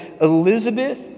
Elizabeth